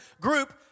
group